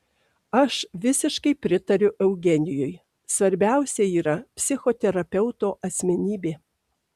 aš visiškai pritariu eugenijui svarbiausia yra psichoterapeuto asmenybė